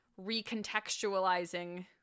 recontextualizing